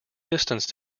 distanced